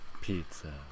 Pizza